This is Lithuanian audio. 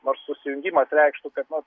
nors susijungimas reikštų kad na